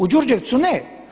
U Đurđevcu ne.